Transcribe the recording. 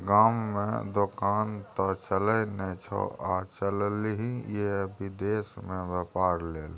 गाममे दोकान त चलय नै छौ आ चललही ये विदेश मे बेपार लेल